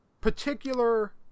particular